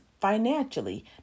financially